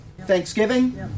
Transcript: Thanksgiving